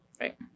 Right